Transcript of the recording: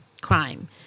crime